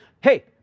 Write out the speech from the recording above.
hey